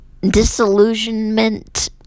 disillusionment